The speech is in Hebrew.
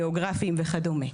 גיאוגרפיים וכדומה.